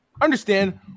understand